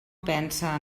pensa